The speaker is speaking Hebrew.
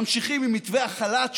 ממשיכים עם מתווה החל"ת,